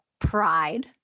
Pride